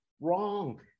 Wrong